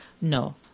No